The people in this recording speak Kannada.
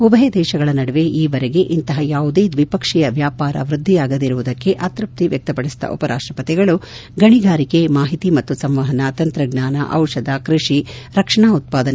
ಉಭಯ ದೇಶಗಳ ನಡುವೆ ಈವರೆಗೆ ಇಂತಹ ಯಾವುದೇ ದ್ವಿಪಕ್ಷೀಯ ವ್ವಾಪಾರ ವೃದ್ದಿಯಾಗದಿರುವುದಕ್ಕೆ ಅತ್ಯಸ್ತಿ ವ್ಯಕ್ತಪಡಿಸಿದ ಉಪರಾಷ್ಟಪತಿಗಳು ಗಣಿಗಾರಿಕೆ ಮಾಹಿತಿ ಮತ್ತು ಸಂವಹನ ತಂತ್ರಜ್ಞಾನ ದಿಷಧಿ ಕೃಷಿ ರಕ್ಷಣಾ ಉತ್ಪಾದನೆ